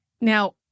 Now